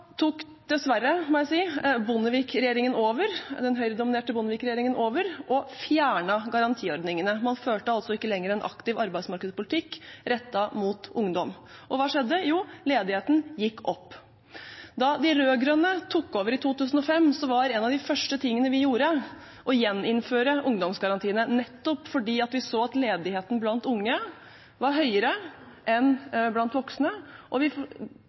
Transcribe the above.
tok – dessverre, må jeg si – den høyredominerte Bondevik-regjeringen over og fjernet garantiordningene. Man førte altså ikke lenger en aktiv arbeidsmarkedspolitikk rettet mot ungdom. Og hva skjedde? Jo, ledigheten gikk opp. Da de rød-grønne tok over i 2005, var en av de første tingene vi gjorde, å gjeninnføre ungdomsgarantiene, nettopp fordi vi så at ledigheten blant unge var høyere enn blant voksne. En av våre prioriteringer var nettopp å gjøre den inkluderende arbeidslinjen reell og